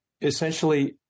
essentially